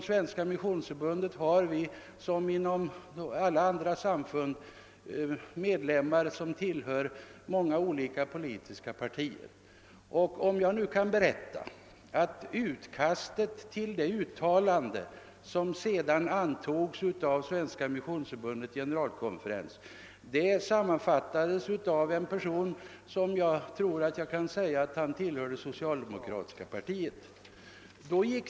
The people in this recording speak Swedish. Svenska missionsförbundet har liksom alla andra samfund medlemmar från många olika po litiska partier. Utkastet till det uttalande som sedan antogs av Svenska missionsförbundets generalkonferens sammanställdes av en person som mig veterligt tillhörde socialdemokratiska partiet.